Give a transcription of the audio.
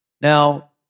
Now